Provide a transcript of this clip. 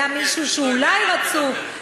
היה מישהו שאולי רצו.